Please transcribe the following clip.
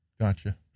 Gotcha